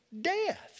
death